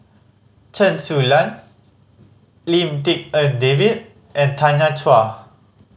Chen Su Lan Lim Tik En David and Tanya Chua